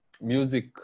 music